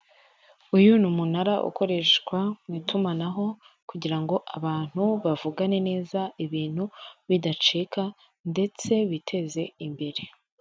Uyu ni umunara ukoreshwa mu itumanaho kugira ngo abantu bavugane neza ibintu bidacika ndetse biteze imbere.